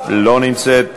אינה נמצאת.